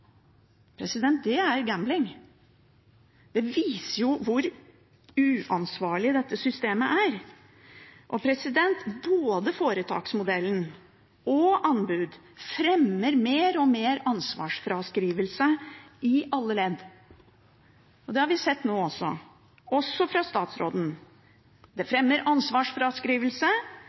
Det er gambling. Det viser hvor uansvarlig dette systemet er. Både foretaksmodellen og anbud fremmer mer og mer ansvarsfraskrivelse i alle ledd, og det har vi sett nå også, også fra statsråden. Det fremmer ansvarsfraskrivelse,